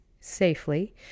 safely